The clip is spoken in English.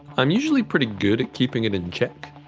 i'm usually pretty good at keeping it in check,